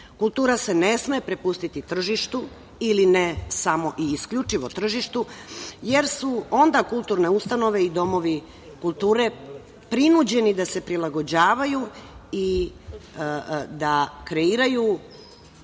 Kultura se ne sme prepustiti tržištu ili ne samo i isključivo tržištu, jer su onda kulturne ustanove i domovi kulture prinuđeni da se prilagođavaju i da kreiraju